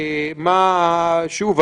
שוב,